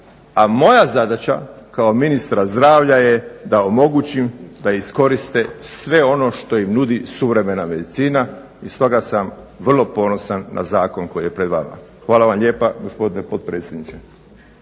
a moja zadaća kao ministra zdravlja da omogućim da iskoriste sve ono što im nudi suvremena medicina i stoga sam vrlo ponosan na zakon koji je pred vama. Hvala vam lijepa, gospodine potpredsjedniče.